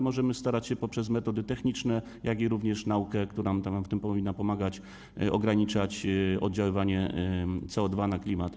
Możemy też starać się poprzez metody techniczne, jak również naukę, która nam w tym powinna pomagać, ograniczać oddziaływanie CO2 na klimat.